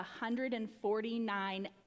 149